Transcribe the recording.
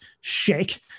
shake